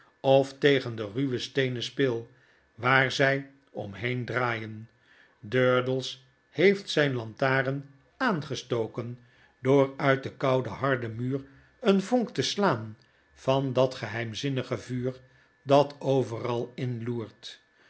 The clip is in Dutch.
of tegen de ruwe steenen spil waar zj om heen draaien durdels heeft zijn lantaarn aangestoken door uit den kouden harden muur een vonk te slaan van dat geheimzinnige vuur dat overal